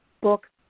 book